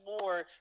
more